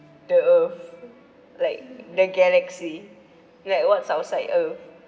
the earth like the galaxy like what's outside earth